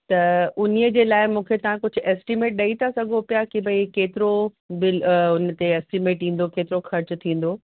त उन्हीअ जे लाइ मूंखे तव्हां कुझु एस्टिमेट ॾेई था सघो पिया की भई केतिरो बिल उन ते एस्टिमेट ईंदो केतिरो ख़र्चु थींदो